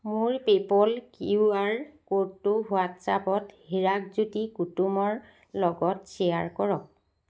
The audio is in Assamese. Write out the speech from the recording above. মোৰ পে'পল কিউআৰ ক'ডটো হোৱাট্ছএপত হিৰাকজ্যোতি কুটুমৰ লগত শ্বেয়াৰ কৰক